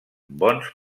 bons